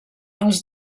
els